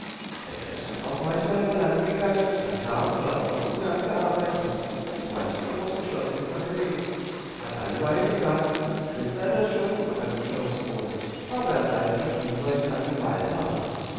da ist er denn auch manchmal über land gegangen und hat da und dort wochenlang gearbeitet auf manchem großen schloß ist er gewesen er hat alleweil gesagt schön sei das schon auf einem schloß wohnen aber er bleibe doch lieber in seinem waldhaus